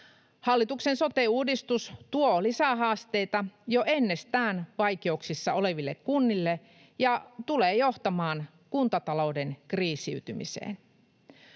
Hallituksen sote-uudistus tuo lisähaasteita jo ennestään vaikeuksissa oleville kunnille ja tulee johtamaan kuntatalouden kriisiytymiseen.